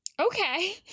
Okay